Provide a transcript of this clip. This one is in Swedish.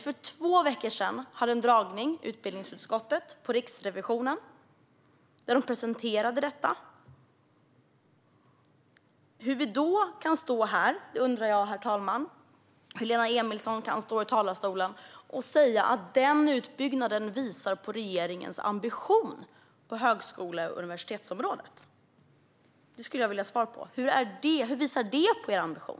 För två veckor hade vi en dragning i utbildningsutskottet av Riksrevisionen då man presenterade detta. Då undrar jag hur Lena Emilsson kan stå i talarstolen och säga att den utbyggnaden visar på regeringens ambition på högskole och universitetsområdet. Jag skulle vilja ha svar på frågan: Hur visar det på er ambition?